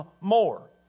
more